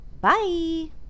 Bye